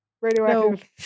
radioactive